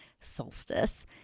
solstice